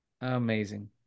Amazing